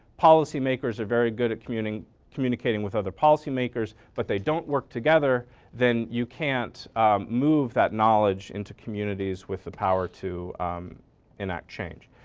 policy makers are very good at communicating with other policy makers but they don't work together then you can't move that knowledge into communities with the power to in that change.